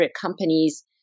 companies